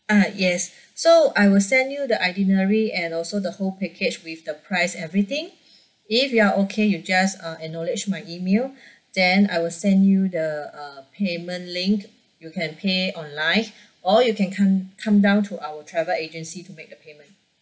ah yes so I will send you the itinerary and also the whole package with the price everything if you are okay you just uh acknowledge my email then I will send you the uh payment link you can pay online or you can come come down to our travel agency to make the payment